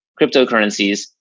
cryptocurrencies